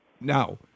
Now